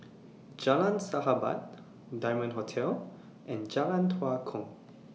Jalan Sahabat Diamond Hotel and Jalan Tua Kong